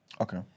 Okay